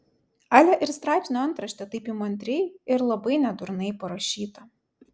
ale ir straipsnio antraštė taip įmantriai ir labai nedurnai parašyta